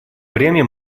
время